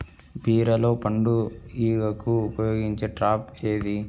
బీరలో పండు ఈగకు ఉపయోగించే ట్రాప్ ఏది?